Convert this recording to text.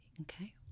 okay